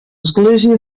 església